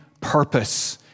purpose